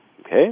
Okay